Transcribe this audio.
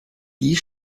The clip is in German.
die